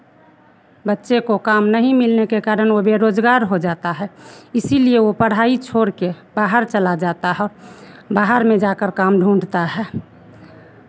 बच्चे को काम नहीं मिलने के कारण वो बेरोज़गार हो जाता है इसीलिए वो पढ़ाई छोड़ के बाहर चला जाता है और बाहर में जाकर काम ढूंढता है